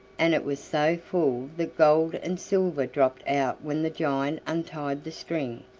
and it was so full that gold and silver dropped out when the giant untied the string.